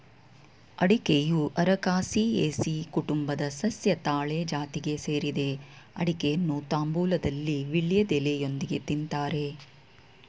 ಅಡಿಕೆಯು ಅರಕಾಸಿಯೆಸಿ ಕುಟುಂಬದ ಸಸ್ಯ ತಾಳೆ ಜಾತಿಗೆ ಸೇರಿದೆ ಅಡಿಕೆಯನ್ನು ತಾಂಬೂಲದಲ್ಲಿ ವೀಳ್ಯದೆಲೆಯೊಂದಿಗೆ ತಿನ್ತಾರೆ